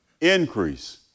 increase